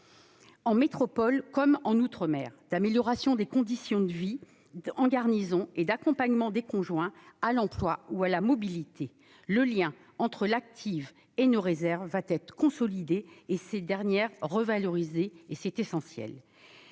en métropole comme en outre-mer, d'amélioration des conditions de vie en garnison, et d'accompagnement des conjoints vers l'emploi ou la mobilité. Le lien entre l'active et nos réserves sera consolidé, et ces dernières seront revalorisées, ce qui est essentiel.